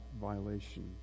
violation